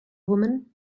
woman